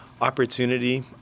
opportunity